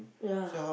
ya